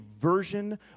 version